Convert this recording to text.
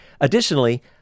additionally